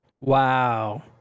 Wow